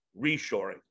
reshoring